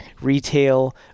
retail